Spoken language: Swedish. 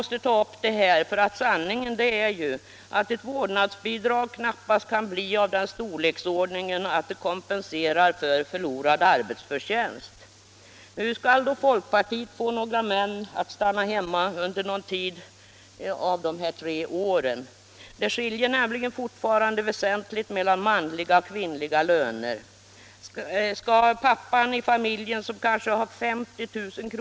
Sanningen är att ett vårdnadsbidrag knappast kan bli av den storleken att det kompenserar för förlorad arbetsförtjänst. Hur skall då folkpartiet få några män att stanna hemma under någon tid av dessa tre år? Det skiljer nämligen fortfarande väsentligt mellan manliga och kvinnliga löner. Skall pappan i familjen med kanske 50 000 kr.